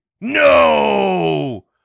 No